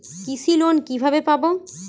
কৃষি লোন কিভাবে পাব?